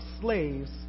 slaves